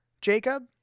Jacob